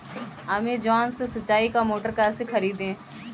Amazon से सिंचाई का मोटर कैसे खरीदें?